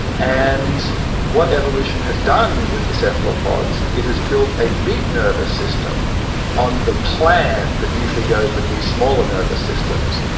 and what evolution has done with the cephalopods it has built a big nervous system on the plan that usually goes with these smaller nervous systems.